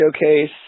Showcase